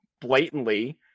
blatantly